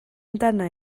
amdana